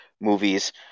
movies